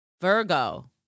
Virgo